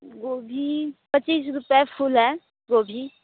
गोभी पच्चीस रूपए फूल है गोभी